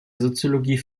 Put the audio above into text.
soziologie